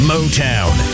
Motown